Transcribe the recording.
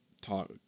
talk